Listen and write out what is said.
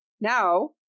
now